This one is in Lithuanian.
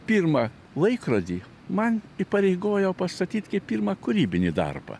pirmą laikrodį man įpareigojo pastatyt kaip pirmą kūrybinį darbą